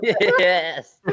Yes